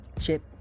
chip